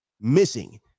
missing